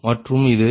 மற்றும் இது 70 161